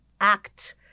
act